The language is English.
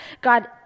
God